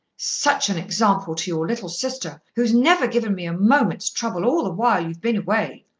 such an example to your little sister, who's never given me a moment's trouble all the while you've been away,